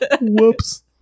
Whoops